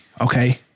okay